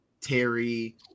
Terry